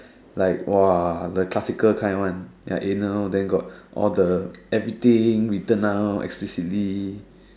like !wah! the classic kind one like anal then got all the everything written down explicitly